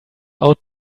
out